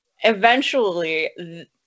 eventually-